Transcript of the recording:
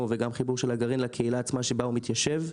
וגם חיבור של הגרעין לקהילה שבה הוא מתיישב.